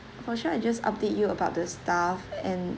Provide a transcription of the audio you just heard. for sure I just update you about the staff and